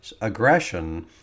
aggression